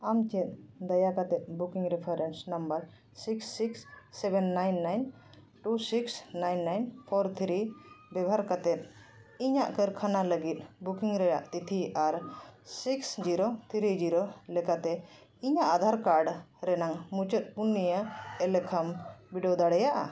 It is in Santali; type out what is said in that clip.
ᱟᱢ ᱪᱮᱫ ᱫᱟᱭᱟ ᱠᱟᱛᱫ booking reference number six six seven nine nine two six nine nine four three ᱵᱮᱵᱚᱦᱟᱨ ᱠᱟᱛᱮᱫ ᱤᱧᱟᱹᱜ ᱠᱟᱨᱠᱷᱟᱱᱟ ᱞᱟᱹᱜᱤᱫ ᱵᱩᱠᱤᱝ ᱨᱮᱭᱟᱜ ᱛᱷᱤᱛᱤ ᱟᱨ ᱥᱤᱠᱥ ᱡᱤᱨᱳ ᱛᱷᱨᱤ ᱡᱤᱨᱳ ᱞᱮᱠᱟᱛᱮ ᱤᱧᱟᱹᱜ ᱟᱫᱷᱟᱨ ᱠᱟᱨᱰ ᱨᱮᱱᱟᱜ ᱢᱩᱪᱟᱹᱫ ᱯᱩᱱᱤᱭᱟᱹ ᱮᱞᱠᱷᱟᱢ ᱵᱤᱰᱟᱹᱣ ᱫᱟᱲᱮᱭᱟᱜᱼᱟ